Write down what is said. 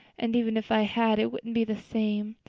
and even if i had it wouldn't be the same.